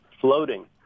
Floating